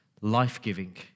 life-giving